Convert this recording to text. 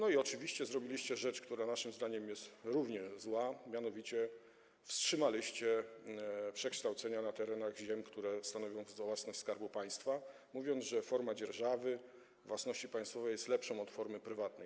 Oczywiście zrobiliście też rzecz, która naszym zdaniem jest równie zła, mianowicie wstrzymaliście przekształcenia na terenach ziem, które stanowią własność Skarbu Państwa, twierdząc, że forma dzierżawy własności państwowej jest lepsza od formy prywatnej.